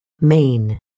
Main